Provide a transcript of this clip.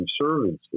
conservancy